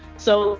so,